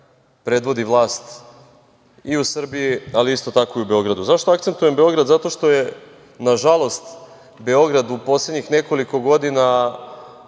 predvodi vlast i u Srbiji, ali isto tako i u Beogradu.Zašto akcentujem Beograd? Zašto što je nažalost Beograd u poslednjih nekoliko godina,